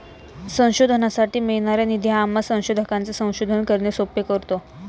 संशोधनासाठी मिळणारा निधी आम्हा संशोधकांचे संशोधन करणे सोपे करतो